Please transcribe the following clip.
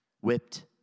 whipped